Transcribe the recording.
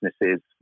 businesses